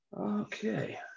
Okay